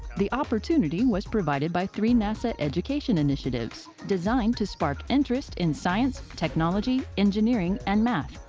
the opportunity was provided by three nasa education initiatives designed to spark interest in science, technology, engineering and math,